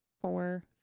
four